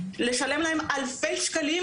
לשלם להם אלפי שקלים,